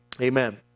Amen